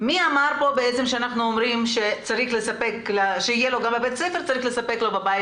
מי אמר שילד שנעזר בציוד בבית הספר צריך לספק לו את הציוד גם בבית?